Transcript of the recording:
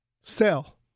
sell